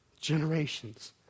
generations